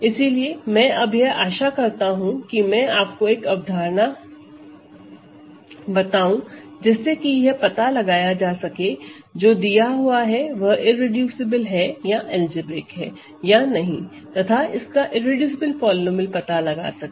इसलिए मैं अब यह आशा करता हूं कि मैं आपको एक अवधारणा बताएँ जिससे कि यह पता लगाया जा सके कि जो दिया हुआ है वह इररेडूसिबल है या अलजेब्रिक है या नहीं तथा उसका इररेडूसिबल पॉलीनोमिअल पता लगा सके